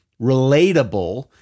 relatable